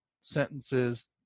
sentences